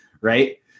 right